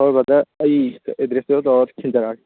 ꯍꯣꯏ ꯕ꯭ꯔꯗꯔ ꯑꯩ ꯑꯦꯗ꯭ꯔꯦꯁꯇꯣ ꯇꯧꯔ ꯊꯤꯟꯖꯔꯛꯑꯒꯦ